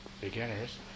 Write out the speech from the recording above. beginners